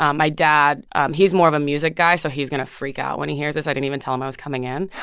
um my dad um he's more of a music guy, so he's going to freak out when he hears this. i didn't even tell him i was coming in.